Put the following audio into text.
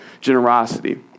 generosity